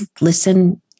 listen